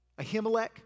Ahimelech